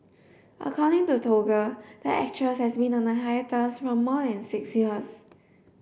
according to Toggle the actress has been on a hiatus for more than six years